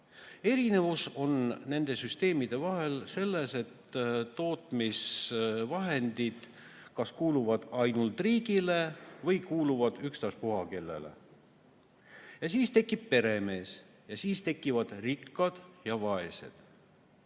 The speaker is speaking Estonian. Erinevus nende süsteemide vahel on selles, et tootmisvahendid kuuluvad kas ainult riigile või kuuluvad ükstaspuha kellele. Ja siis tekib peremees ja siis tekivad rikkad ja vaesed.